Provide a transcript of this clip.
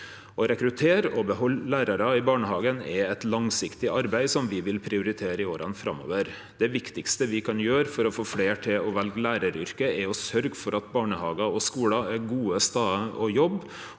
Å rekruttere og behalde lærarar i barnehagen er eit langsiktig arbeid som me vil prioritere i åra framover. Det viktigaste me kan gjere for å få fleire til å velje læraryrket, er å sørgje for at barnehagar og skolar er gode stader å jobbe.